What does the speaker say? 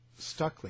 Stuckley